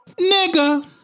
Nigga